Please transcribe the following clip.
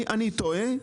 אני טועה?